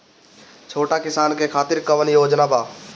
छोटा किसान के खातिर कवन योजना बा?